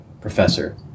professor